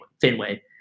Fenway